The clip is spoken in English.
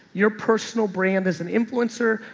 your personal brand is an influencer,